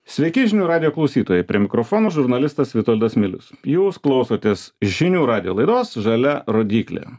sveiki žinių radijo klausytojai prie mikrofono žurnalistas vitoldas milius jūs klausotės žinių radijo laidos žalia rodyklė